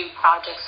projects